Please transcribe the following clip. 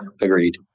agreed